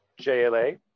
JLA